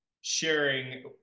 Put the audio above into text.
sharing